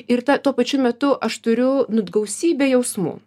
ir ta tuo pačiu metu aš turiu gausybę jausmų